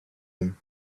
him